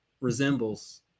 resembles